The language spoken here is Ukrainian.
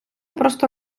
просто